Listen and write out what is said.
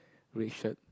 red shirt